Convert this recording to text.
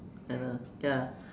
and uh ya